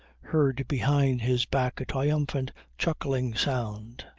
heard behind his back a triumphant chuckling sound.